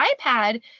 iPad